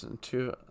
two